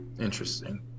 interesting